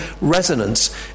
resonance